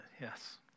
Yes